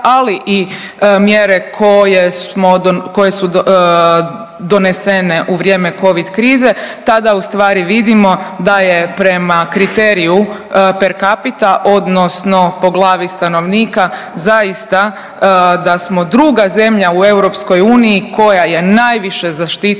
ali i mjere koje su donesene u vrijeme covid krize tada ustvari vidimo da je prema kriteriju per capita odnosno po glavi stanovnika zaista da smo druga zemlja u Europskoj uniji koja je najviše zaštitila